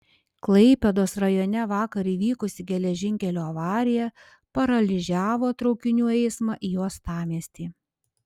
klaipėdos rajone vakar įvykusi geležinkelio avarija paralyžiavo traukinių eismą į uostamiestį